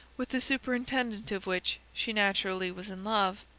with the superintendent of which she naturally was in love.